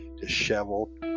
disheveled